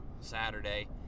Saturday